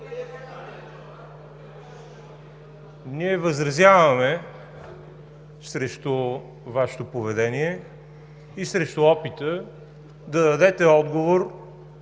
Ние възразяваме срещу Вашето поведение и срещу опита да дадете отговор